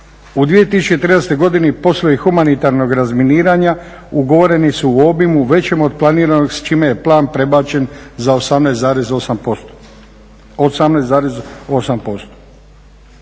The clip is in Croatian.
U 2013. godini poslije humanitarnog razminiranja ugovoreni su u obimu većem od planiranog s čime je plan prebačen za 18,8%.